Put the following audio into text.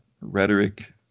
rhetoric